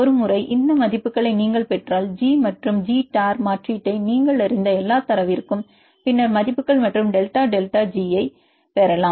ஒருமுறை இந்த மதிப்புகளை நாங்கள் பெற்றால் ஜி மற்றும் ஜி டோர் மாற்றீட்டை நீங்கள் அறிந்த எந்த தரவிற்கும் பின்னர் மதிப்புகள் மற்றும் டெல்டா டெல்டா ஜி ஐப் பெறலாம்